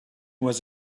was